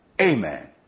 Amen